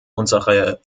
unsere